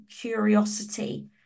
curiosity